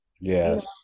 Yes